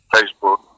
Facebook